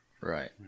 Right